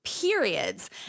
periods